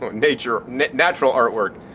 natural natural artwork.